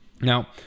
Now